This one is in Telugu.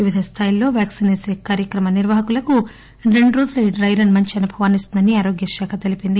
వివిధ స్థాయిల్లో వ్యాక్సిన్ వేసే కార్యక్రమ నిర్వాహకులకు రెండు రోజుల ఈ డైరన్ మంచి అనుభవాన్ని ఇస్తుందని ఆరోగ్యశాఖ తెలిపింది